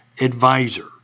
advisor